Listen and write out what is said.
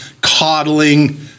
coddling